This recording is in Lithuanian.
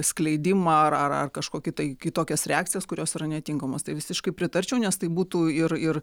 skleidimą ar ar kažkokį tai kitokias reakcijas kurios yra netinkamos tai visiškai pritarčiau nes tai būtų ir ir